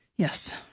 Yes